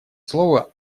слово